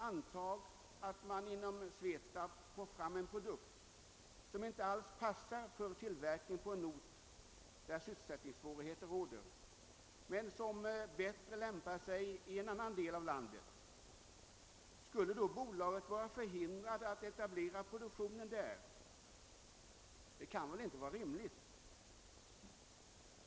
Antag att man inom SVETAB får fram en produkt som inte alls passar för tillverkning på en ort där sysselsättningssvårigheter råder men som bättre lämpar sig för tillverkning i en annan del av landet. Skulle då bolaget vara för: hindrat att etablera produktionen där? Det kan väl inte vara rimligt.